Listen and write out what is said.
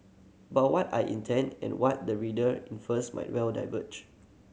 but what I intend and what the reader infers might well diverge